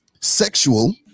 sexual